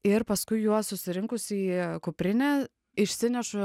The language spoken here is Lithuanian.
ir paskui juos susirinkus į kuprinę išsinešu